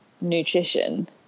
nutrition